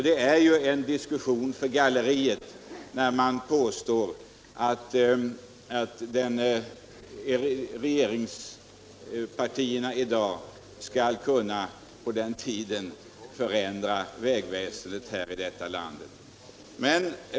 Det är ett spel för galleriet när man påstår att regeringspartierna på den här tiden skulle ha kunnat förändra vägväsendet i landet.